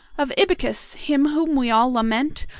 of ibycus! him whom we all lament,